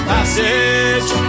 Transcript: Passage